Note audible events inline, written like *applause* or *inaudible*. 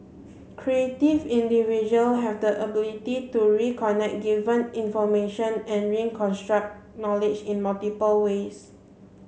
creative individual have the ability to reconnect given information and *unintelligible* knowledge in multiple ways